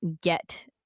get